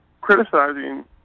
criticizing